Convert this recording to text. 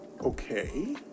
okay